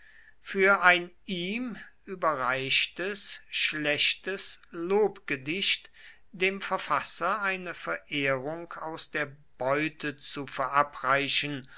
für ein ihm überreichtes schlechtes lobgedicht dem verfasser eine verehrung aus der beute zu verabreichen